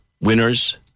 winners